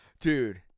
Dude